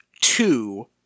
two